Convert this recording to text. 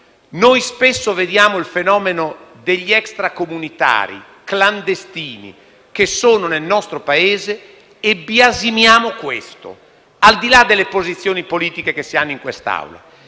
noi spesso vediamo il fenomeno degli extracomunitari clandestini che sono nel nostro Paese e lo biasimiamo, al di là delle posizioni politiche che si hanno in quest'Aula.